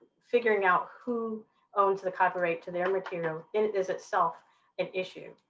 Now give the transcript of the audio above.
figuring out who owns the copyright to their material is itself an issue,